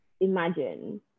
imagine